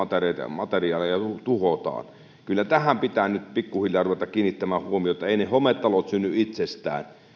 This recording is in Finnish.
materiaaleja tuhotaan kyllä tähän pitää nyt pikkuhiljaa ruveta kiinnittämään huomiota eivät ne hometalot synny itsestään